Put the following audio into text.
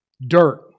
dirt